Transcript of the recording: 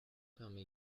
permet